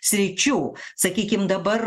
sričių sakykim dabar